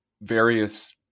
various